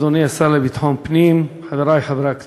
אדוני השר לביטחון פנים, חברי חברי הכנסת,